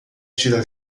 tirar